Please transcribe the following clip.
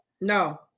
No